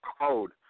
code